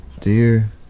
dear